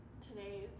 today's